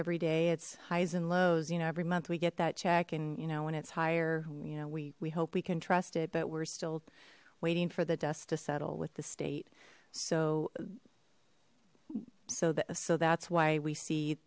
every day it's highs and lows you know every month we get that check and you know when it's higher you know we we hope we can trust it but we're still waiting for the dust to settle with the state so so the so that's why we see